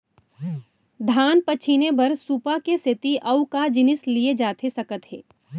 धान पछिने बर सुपा के सेती अऊ का जिनिस लिए जाथे सकत हे?